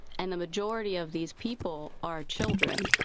and the majority of these people are children.